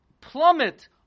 plummet